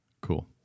cool